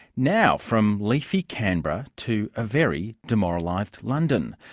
now, from leafy canberra to a very demoralised london.